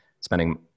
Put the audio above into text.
spending